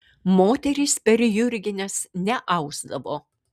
moterys per jurgines neausdavo